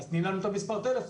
אז תני לנו את מספר הטלפון.